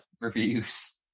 reviews